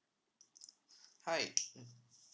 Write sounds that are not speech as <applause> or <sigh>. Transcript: <breath> hi mmhmm